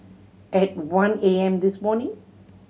at one A M this morning